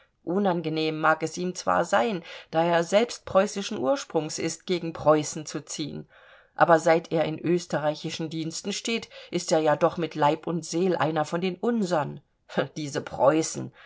unangenehm mag es ihm zwar sein da er selbst preußischen ursprungs ist gegen preußen zu ziehen aber seit er in österreichischen diensten steht ist er ja doch mit leib und seel einer von den unsern diese preußen